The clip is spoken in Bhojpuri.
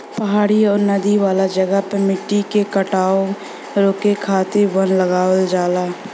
पहाड़ी आउर नदी वाला जगह पे मट्टी के कटाव रोके खातिर वन लगावल जाला